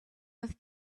with